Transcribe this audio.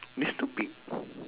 this topic